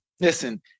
listen